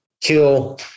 kill